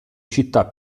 città